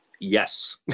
yes